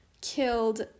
killed